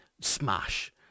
smash